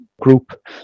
group